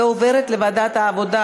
ועוברת לוועדת העבודה,